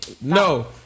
No